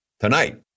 tonight